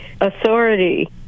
authority